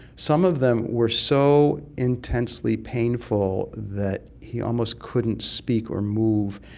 some of them were so intensely painful that he almost couldn't speak or move,